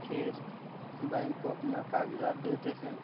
फिर बैंक को अपना कागजात देते हैं